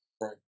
Right